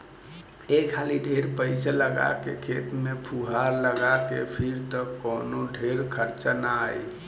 एक हाली ढेर पईसा लगा के खेत में फुहार लगा के फिर त कवनो ढेर खर्चा ना आई